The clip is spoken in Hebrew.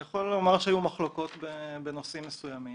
אני יכול לומר שהיו מחלוקות בנושאים מסוימים.